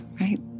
right